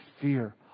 fear